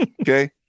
Okay